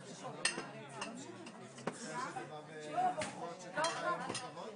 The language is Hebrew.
פסיכיאטר שטען שיש לי חוסר הבנה של היכולות שלי,